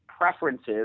preferences